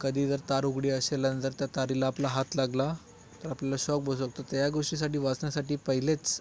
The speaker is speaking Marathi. कधी जर तार उघडी असेल आणि जर त्या तारीला आपला हात लागला तर आपल्याला शॉक बसू शकतो त्या गोष्टीसाठी वाचण्यासाठी पहिलेच